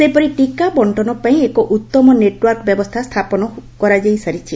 ସେହିପରି ଟୀକା ବଙ୍କନ ପାଇଁ ଏକ ଉତ୍ତମ ନେଟ୍ୱାର୍କ ବ୍ୟବସ୍ଥା ସ୍ତାପନ କରାଯାଇସାରିଛି